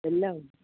എല്ലാം